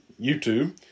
YouTube